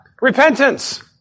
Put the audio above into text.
Repentance